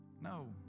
No